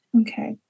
Okay